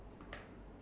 ya